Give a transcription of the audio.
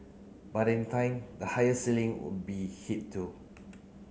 but in time the higher ceiling will be hit too